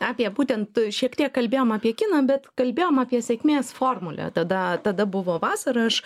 apie būtent šiek tiek kalbėjom apie kiną bet kalbėjom apie sėkmės formulę tada tada buvo vasara aš